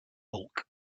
bulk